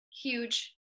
huge